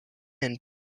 and